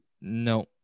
No